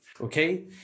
Okay